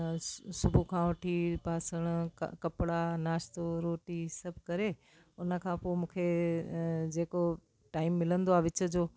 सुबुहु खां वठी बासण कपिड़ा नाश्तो रोटी सभु करे उन खां पोइ मूंखे जेको टाइम मिलंदो आहे विच जो